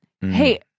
Hey